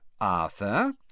Arthur